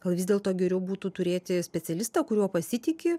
gal vis dėlto geriau būtų turėti specialistą kuriuo pasitiki